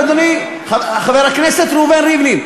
חבר הכנסת ראובן ריבלין,